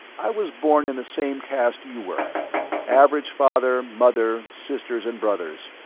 i was born in the same caste you were average father, mother, sisters and brothers.